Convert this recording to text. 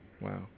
Wow